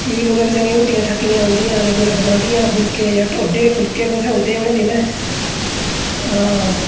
फ्ही कुदै बेचारियां हुट्टियां थक्कियै औंदियां हा ते कुदै बनादियां हा फुल्के जां ढोडे फुल्के कुत्थै होंदे हे उ'नें दिनें आ